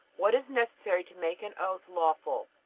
what is necessary to make an oath lawful?